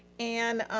and